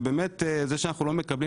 זה שאנחנו לא מקבלים